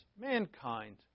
mankind